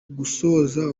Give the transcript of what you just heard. gusoza